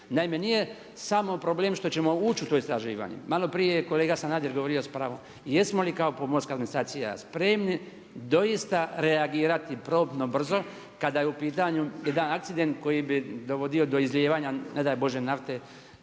Naime, nije samo problem što ćemo ući u to istraživanje, malo prije je kolega Sanader govorio s pravom jesmo li kao pomorska administracija spremni doista reagirati promptno, brzo kada je u pitanju jedan akcident koji bi dovodio do izlijevanja ne daj Bože nafte